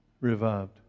revived